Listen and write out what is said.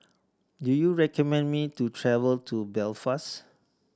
do you recommend me to travel to Belfast